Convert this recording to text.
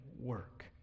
work